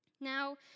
Now